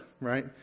right